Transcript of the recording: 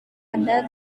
anda